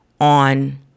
on